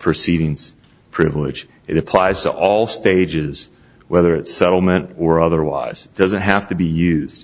proceedings privilege it applies to all stages whether it's settlement or otherwise doesn't have to be used